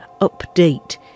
update